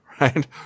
right